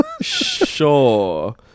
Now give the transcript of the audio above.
Sure